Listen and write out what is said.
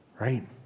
right